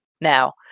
now